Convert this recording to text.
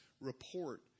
report